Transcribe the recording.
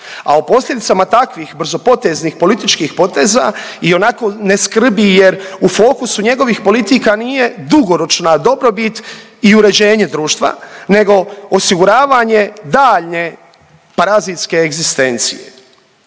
a o posljedicama takvih brzopoteznih političkih poteza ionako ne skrbi jer u fokusu njegovih politika nije dugoročna dobrobit i uređenje društva nego osiguravanje daljnje parazitske egzistencije.